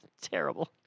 Terrible